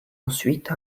ensuite